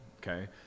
Okay